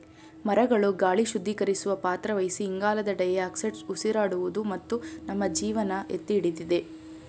ಮರಗಳು ಗಾಳಿ ಶುದ್ಧೀಕರಿಸುವ ಪಾತ್ರ ವಹಿಸಿ ಇಂಗಾಲದ ಡೈಆಕ್ಸೈಡ್ ಉಸಿರಾಡುವುದು ಮತ್ತು ನಮ್ಮ ಜೀವನ ಎತ್ತಿಹಿಡಿದಿದೆ